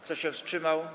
Kto się wstrzymał?